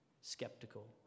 skeptical